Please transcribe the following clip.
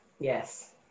Yes